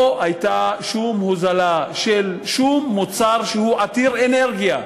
לא הייתה שום הוזלה של שום מוצר שהוא עתיר אנרגיה.